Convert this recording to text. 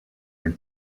are